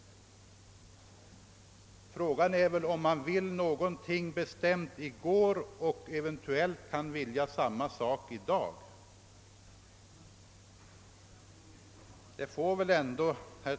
Frågan är väl om man vill något bestämt, så att man eventuellt i dag fortfarande vill detsamma som i går.